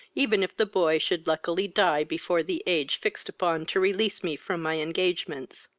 even if the boy should luckily die before the age fixed upon to release me from my engagements.